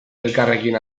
elkarrekin